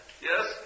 yes